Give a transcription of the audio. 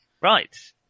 Right